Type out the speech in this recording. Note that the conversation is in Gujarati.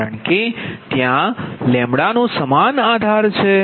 કારણ કે ત્યા સમાન આધાર છે